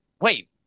wait